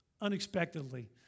unexpectedly